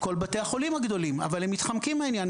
כל בתי החולים הגדולים, אבל הם מתחמקים מהעניין.